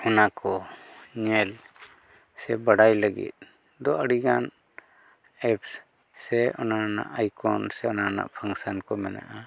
ᱚᱱᱟ ᱠᱚ ᱧᱮᱞ ᱥᱮ ᱵᱟᱰᱟᱭ ᱞᱟᱹᱜᱤᱫ ᱫᱚ ᱟᱹᱰᱤ ᱜᱟᱱ ᱮᱯᱥ ᱥᱮ ᱚᱱᱟ ᱨᱮᱱᱟᱜ ᱟᱭᱠᱚᱱ ᱥᱮ ᱚᱱᱟ ᱨᱮᱱᱟᱜ ᱯᱷᱟᱱᱥᱮᱱ ᱠᱚ ᱢᱮᱱᱟᱜᱼᱟ